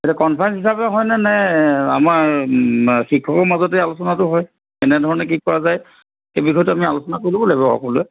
এতিয়া কনফাৰেঞ্চ হিচাপে হয়নে নে আমাৰ শিক্ষকৰ মাজতে আলোচনাটো হয় কেনেধৰণে কি কৰা যায় সেই বিষয়টো আমি আলোচনা কৰি ল'ব লাগিব